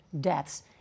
deaths